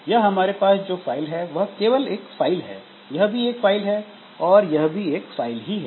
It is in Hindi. यह हमारे पास जो फाइल है वह केवल एक फाइल है यह भी एक फाइल है और यह भी एक फाइल ही है